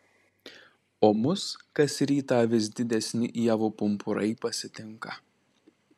o mus kas rytą vis didesni ievų pumpurai pasitinka